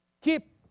Keep